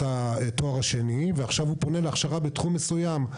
התואר השני ועכשיו הוא מקבל הכשרה בתחום מסוים.